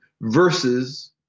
versus